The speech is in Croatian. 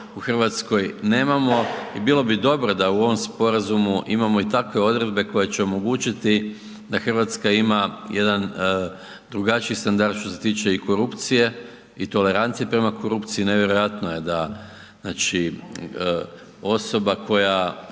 Hrvatskoj nemamo i bilo bi dobro da u ovom Sporazumu imamo i takve odredbe koje će omogućiti da Hrvatska ima jedan drugačiji standard što se tiče i korupcije i tolerancije prema korupciji, nevjerojatno je da znači osoba koja